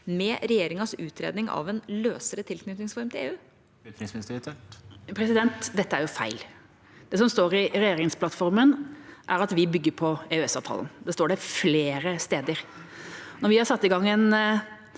med regjeringas utredning av en løsere tilknytningsform til EU? Utenriksminister Anniken Huitfeldt Dette er jo feil. Det som står i regjeringsplattformen, er at vi bygger på EØS-avtalen. Det står det flere steder. Når vi har satt i gang en